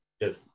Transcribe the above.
Yes